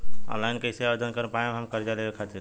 Online कइसे आवेदन कर पाएम हम कर्जा लेवे खातिर?